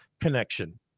connection